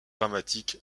dramatique